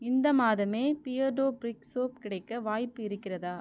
இந்த மாதமே பியர்டோ பிரிக் சோப் கிடைக்க வாய்ப்பு இருக்கிறதா